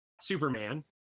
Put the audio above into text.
superman